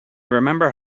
remember